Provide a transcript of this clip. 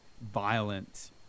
violent